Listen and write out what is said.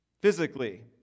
Physically